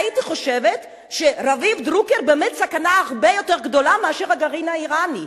הייתי חושבת שרביב דרוקר באמת סכנה הרבה יותר גדולה מאשר הגרעין האירני.